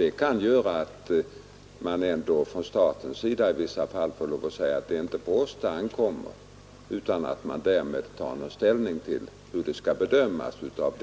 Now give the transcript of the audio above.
Det kan göra att statens representanter ibland måste säga att ”det är inte på oss det ankommer”, och man tar därmed inte ställning till hur frågan skall bedömas av